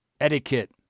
etiquette